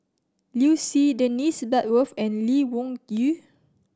Liu Si Dennis Bloodworth and Lee Wung Yew